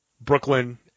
Brooklyn